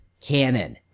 canon